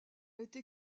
été